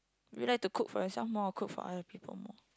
do you like to cook for yourself more or cook for other people more